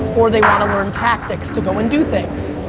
or they want to learn tactics to go and do things,